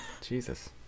Jesus